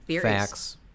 facts